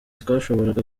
twashoboraga